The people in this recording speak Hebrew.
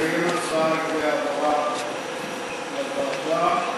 נקיים הצבעה על העברה לוועדה.